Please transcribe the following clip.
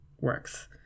works